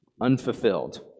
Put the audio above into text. unfulfilled